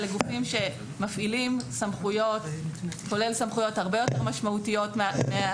אלה גופים שמפעילים סמכויות כולל סמכויות הרבה יותר